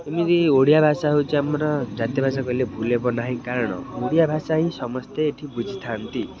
ଏମିତି ଓଡ଼ିଆ ଭାଷା ହେଉଛି ଆମର ଜାତୀୟ ଭାଷା କହିଲେ ଭୁଲ ହେବ ନାହିଁ କାରଣ ଓଡ଼ିଆ ଭାଷା ହିଁ ସମସ୍ତେ ଏଠି ବୁଝିଥାନ୍ତି